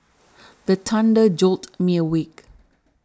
the thunder jolt me awake